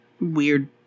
Weird